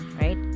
right